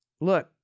look